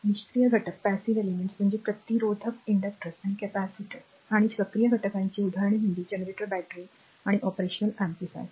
निष्क्रिय घटक म्हणजे प्रतिरोधक इंडक्टर्स किंवा कॅपेसिटर आणि सक्रिय घटकांची उदाहरणे म्हणजे जनरेटर बॅटरी आणि ऑपरेशनल एंप्लीफायर